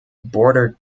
bordered